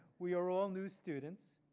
we are all new students.